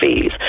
fees